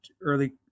early